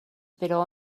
però